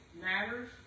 matters